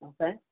Okay